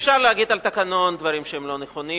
אפשר להגיד על התקנון דברים שהם לא נכונים,